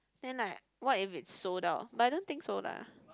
then like what if it's sold out but I don't think so lah